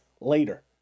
later